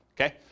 Okay